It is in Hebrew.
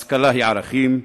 השכלה היא ערכים,